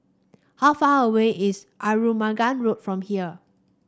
how far away is Arumugam Road from here